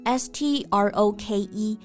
stroke